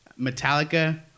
Metallica